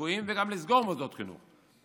ליקויים וגם לסגור מוסדות חינוך.